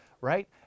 right